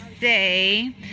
say